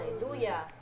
hallelujah